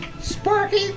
Sparky